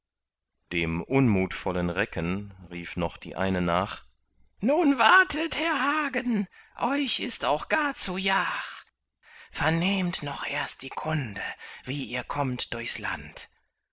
dem unmutvollen recken rief noch die eine nach nun wartet herr hagen euch ist auch gar zu jach vernehmt noch erst die kunde wie ihr kommt durchs land